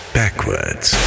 backwards